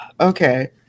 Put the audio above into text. Okay